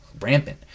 rampant